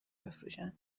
بفروشن